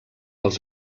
els